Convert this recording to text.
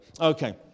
Okay